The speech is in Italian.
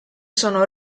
sono